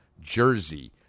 Jersey